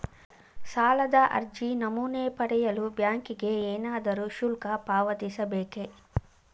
ಸಾಲದ ಅರ್ಜಿ ನಮೂನೆ ಪಡೆಯಲು ಬ್ಯಾಂಕಿಗೆ ಏನಾದರೂ ಶುಲ್ಕ ಪಾವತಿಸಬೇಕೇ?